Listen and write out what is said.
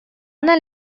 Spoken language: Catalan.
anna